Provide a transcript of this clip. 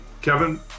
Kevin